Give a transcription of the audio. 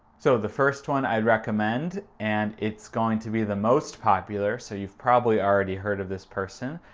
so the first one i'd recommend, and it's going to be the most popular, so you've probably already heard of this person,